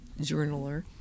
journaler